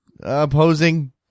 opposing